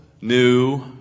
new